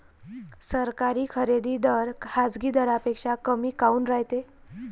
सरकारी खरेदी दर खाजगी दरापेक्षा कमी काऊन रायते?